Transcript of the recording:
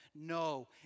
No